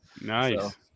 Nice